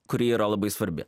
kuri yra labai svarbi